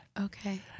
Okay